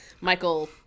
Michael